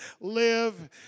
live